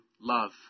love